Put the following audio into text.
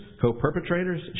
Co-perpetrators